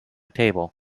table